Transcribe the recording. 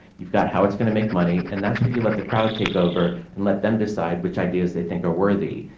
you've got how it's going to make money, and that's where you let the crowd take over and let them decide which ideas they think are worthy.